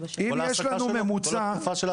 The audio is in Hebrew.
כל ההעסקה שלו, כל התקופה של ההעסקה?